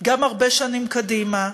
גם הרבה שנים קדימה.